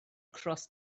crossed